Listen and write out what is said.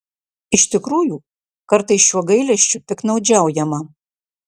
iš tikrųjų kartais šiuo gailesčiu piktnaudžiaujama